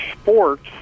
sports